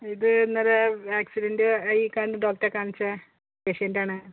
ഇത് ഇന്നലെ ആക്സിഡന്റ് ആയി കണ്ട് ഡോക്ടറെ കാണിച്ച പേഷ്യന്റാണ്